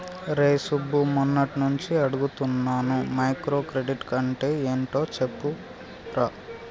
రేయ్ సుబ్బు, మొన్నట్నుంచి అడుగుతున్నాను మైక్రో క్రెడిట్ అంటే యెంటో కొంచెం చెప్పురా